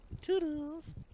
Toodles